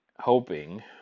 hoping